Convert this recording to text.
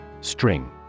String